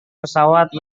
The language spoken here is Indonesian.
pesawat